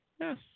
Yes